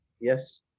Yes